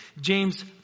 James